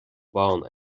bán